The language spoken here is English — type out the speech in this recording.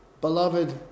Beloved